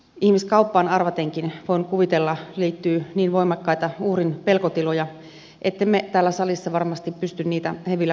ihmiskauppaan arvatenkin voin kuvitella liittyy niin voimakkaita uhrin pelkotiloja ettemme täällä salissa varmasti pysty niitä hevillä kuvittelemaan